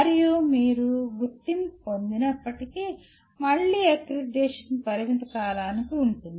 మరియు మీరు గుర్తింపు పొందినప్పటికీ మళ్ళీ అక్రిడిటేషన్ పరిమిత కాలానికి ఉంటుంది